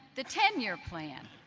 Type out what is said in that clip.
the ten year plan.